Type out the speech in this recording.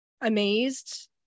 amazed